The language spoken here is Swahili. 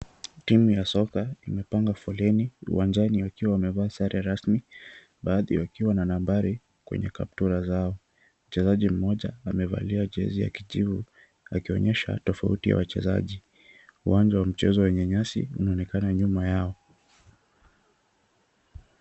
Timu ya soka imepanga foleni uwanjani wakiwa wamevaa sare rasmi, baadhi wakiwa na nambari kwenye kaptura zao. Mchezaji mmoja amevalia jezi ya kijivu, akionyesha tofauti ya wachezaji. Uwanja wa mchezo wnye nyasi unaonekana nyuma yao.